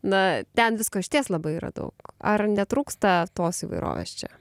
na ten visko išties labai yra daug ar netrūksta tos įvairovės čia